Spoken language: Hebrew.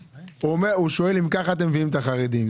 הוא שואל אם ככה אתם מביאים את החרדים.